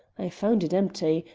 i found it empty,